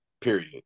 period